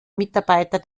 mitarbeiter